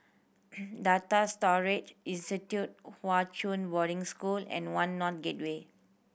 Data Storage Institute Hwa Chong Boarding School and One North Gateway